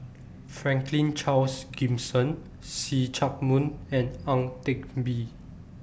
Franklin Charles Gimson See Chak Mun and Ang Teck Bee